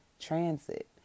transit